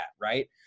right